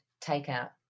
takeout